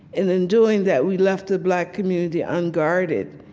and in doing that, we left the black community unguarded.